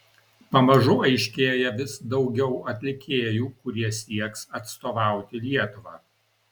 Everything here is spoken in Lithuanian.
pamažu aiškėja vis daugiau atlikėjų kurie sieks atstovauti lietuvą